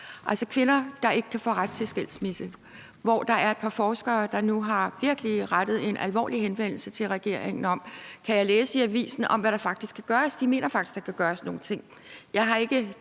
om kvinder, der ikke kan få ret til skilsmisse, og hvor der er nogle forskere, der nu har rettet en alvorlig henvendelse til regeringen om, kan jeg læse i avisen, hvad der faktisk kan gøres, for de mener faktisk, der kan gøres nogle ting.